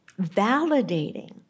validating